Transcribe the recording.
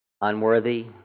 unworthy